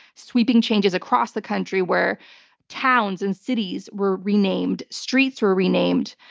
sweeping changes across the country where towns and cities were renamed, streets were renamed,